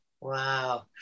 wow